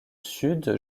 sud